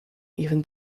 even